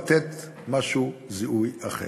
לתת משהו זיהוי אחר.